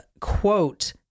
quote